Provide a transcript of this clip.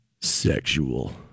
sexual